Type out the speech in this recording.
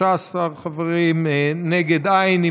ההצעה להעביר את הצעת חוק איסור הפליית